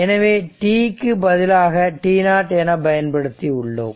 எனவே t இக்கு பதிலாக t0 என பயன்படுத்தியுள்ளோம்